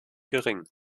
gering